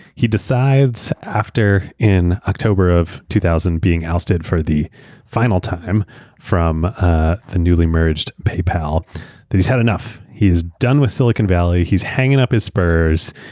he decides, after in october of two thousand being ousted for the final time from ah the newly merged paypal he's had enough. he's done with silicon valley. he's hanging up his spurs.